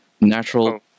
natural